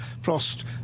Frost